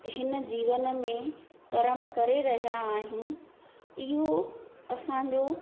हिन जीवन में करम करे रहिया आहियूं इहो असांजो